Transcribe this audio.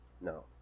No